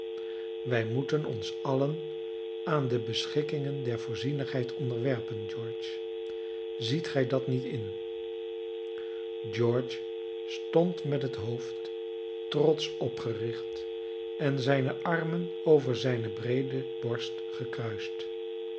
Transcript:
wij moeten ons allen aan de beschikkingen der voorzienigheid onderwerpen george ziet gij dat niet in george stond met het hoofd trotsch opgericht en zijne armen over zijne breede borst gekruist